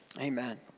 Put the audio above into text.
Amen